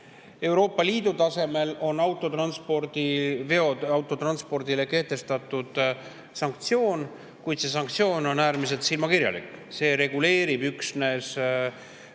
Euroopa Liidu tasemel on veoste autotranspordile kehtestatud sanktsioon, kuid see sanktsioon on äärmiselt silmakirjalik. See reguleerib üksnes